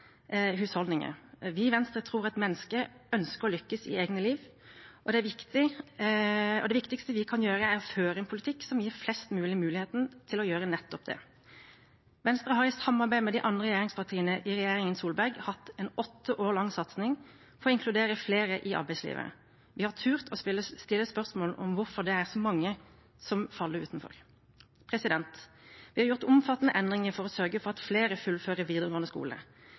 Vi i Venstre tror at mennesker ønsker å lykkes i eget liv, og det viktigste vi kan gjøre, er å føre en politikk som gir flest mulig muligheten til å gjøre nettopp det. Venstre har i samarbeid med de andre regjeringspartiene i regjeringen Solberg hatt en åtte år lang satsing på å inkludere flere i arbeidslivet. Vi har turt å stille spørsmål om hvorfor det er så mange som faller utenfor. Vi har gjort omfattende endringer for å sørge for at flere fullfører videregående skole,